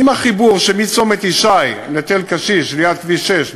עם החיבור שמצומת ישי לתל-קשיש שליד כביש 6,